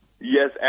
Yes